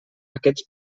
aquests